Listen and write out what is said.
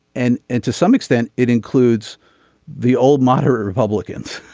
and and to some extent it includes the old moderate republicans.